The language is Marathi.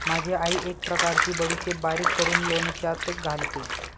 माझी आई एक प्रकारची बडीशेप बारीक करून लोणच्यात घालते